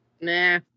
Nah